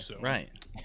right